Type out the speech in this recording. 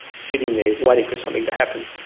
sitting there waiting for something to happen,